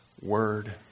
word